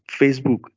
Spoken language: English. Facebook